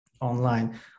online